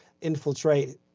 infiltrate